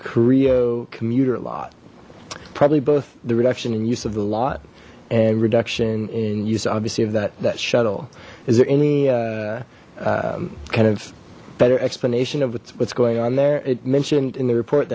creo commuter lot probably both the reduction and use of the lot and reduction and used obviously of that that shuttle is there any kind of better explanation of what's going on there it mentioned in the report